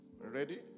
Ready